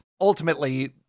Ultimately